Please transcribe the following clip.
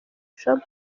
trump